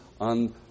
on